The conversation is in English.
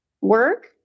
work